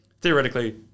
theoretically